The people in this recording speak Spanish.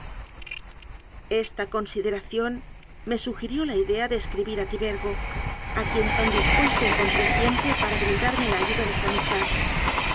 esta consideración me sugirió la idea de escri bir a tibergo a quien tan dispuesto encontré siempre para brindarme la ayuda de su amistad